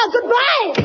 Goodbye